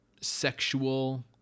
sexual